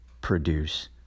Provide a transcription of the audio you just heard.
produce